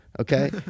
Okay